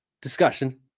discussion